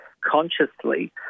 consciously